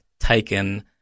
taken